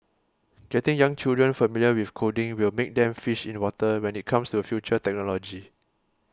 getting young children familiar with coding will make them fish in water when it comes to future technology